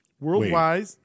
Worldwide